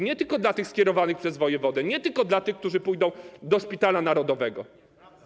Nie tylko dla tych skierowanych przez wojewodę, nie tylko dla tych, którzy pójdą do Szpitala Narodowego.